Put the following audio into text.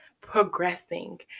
progressing